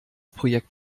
projekt